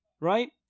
right